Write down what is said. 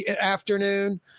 afternoon